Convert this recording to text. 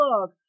look